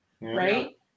right